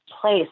place